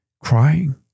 crying